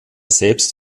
selbst